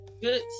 good